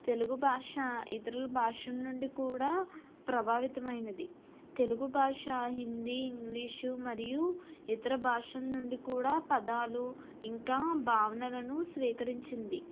తెలుగు భాష ఇతరుల భాషల నుండి కూడా ప్రభావితమైనది తెలుగు భాష హిందీ ఇంగ్లీషు మరియు ఇతర భాషలనుండి కూడా పదాలు ఇంకా భావనలను స్వీకరించింది